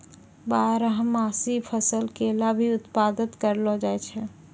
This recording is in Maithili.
बारहमासी फसल केला भी उत्पादत करलो जाय छै